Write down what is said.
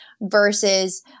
versus